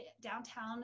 downtown